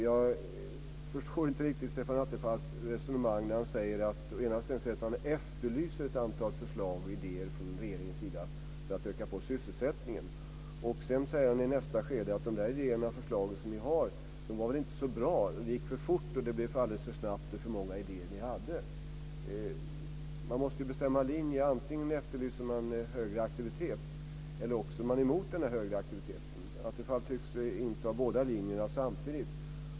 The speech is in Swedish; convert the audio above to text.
Jag förstår inte riktigt Stefan Attefalls resonemang när han först säger att han efterlyser ett antal förslag och idéer från regeringens sida för att öka sysselsättningen. Sedan säger han i nästa skede att de idéer och förslag som vi har väl inte var så bra. Det gick för fort, och det hände alldeles för snabbt. Det var för många idéer vi hade. Man måste bestämma sig för en linje. Antingen efterlyser man högre aktivitet eller också är man emot den högre aktiviteten. Attefall tycks vara inne på båda linjerna samtidigt.